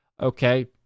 Okay